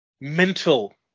mental